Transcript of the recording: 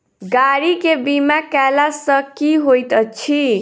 गाड़ी केँ बीमा कैला सँ की होइत अछि?